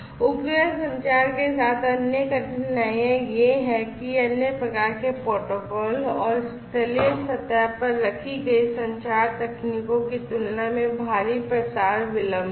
उपग्रह संचार के साथ अन्य कठिनाइयाँ यह है कि अन्य प्रकार के प्रोटोकॉल और स्थलीय सतह पर रखी गई संचार तकनीकों की तुलना में भारी प्रसार विलंब है